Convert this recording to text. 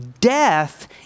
death